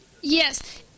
Yes